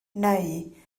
neu